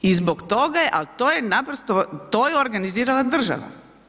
I zbog toga je, al to je naprosto to je organizirana država.